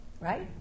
Right